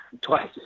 twice